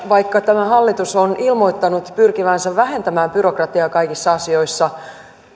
vaikka tämä hallitus on ilmoittanut pyrkivänsä vähentämään byrokratiaa kaikissa asioissa